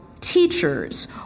teachers